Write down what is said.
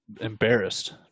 embarrassed